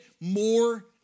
more